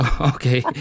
Okay